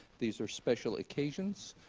these are special occasions.